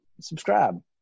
subscribe